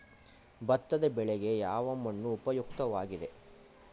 ಭತ್ತದ ಬೆಳೆಗೆ ಯಾವ ಮಣ್ಣು ಉಪಯುಕ್ತವಾಗಿದೆ?